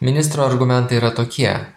ministro argumentai yra tokie